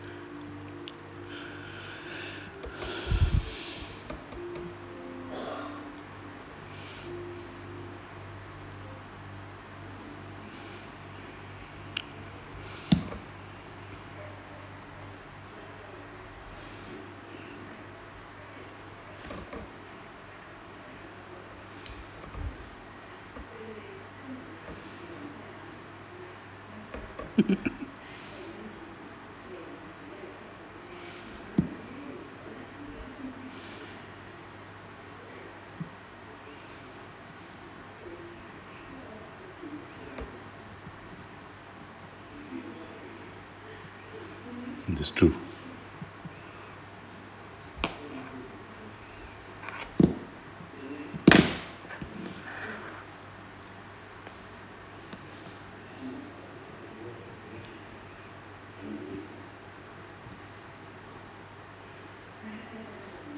that's true